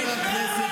חבר הכנסת